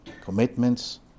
commitments